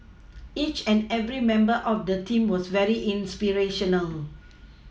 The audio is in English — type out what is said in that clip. each and every member of the team was very inspirational